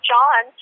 John